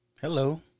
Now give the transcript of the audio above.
Hello